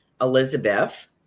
Elizabeth